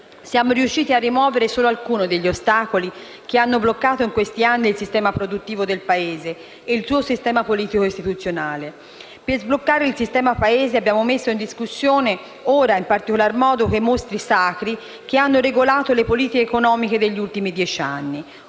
Siamo riusciti a rimuovere solo alcuni degli ostacoli che hanno bloccato, in questi anni, il sistema produttivo del Paese e il suo sistema politico istituzionale. Per sbloccare il sistema Paese abbiamo messo in discussione, ora in particolar modo, quei mostri sacri che hanno regolato le politiche economiche negli ultimi dieci anni: